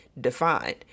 defined